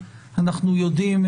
אנחנו יודעים,